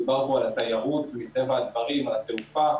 דובר פה על התיירות מטבע הדברים, על התעופה,